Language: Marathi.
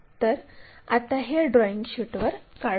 तर आता हे ड्रॉईंग शीटवर काढू